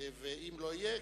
ואם הוא לא יהיה,